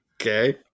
Okay